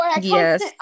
Yes